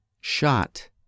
shot